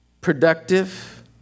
productive